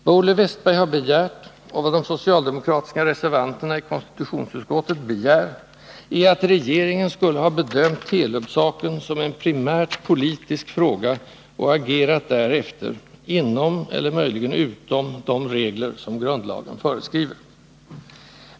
Vad Olle Wästberg har begärt, och vad de socialdemokratiska reservanterna i konstitutionsutskottet begär, är att regeringen skulle ha bedömt Telub-saken som en primärt politisk fråga och agerat därefter inom — eller möjligen utom — de regler som grundlagen föreskriver.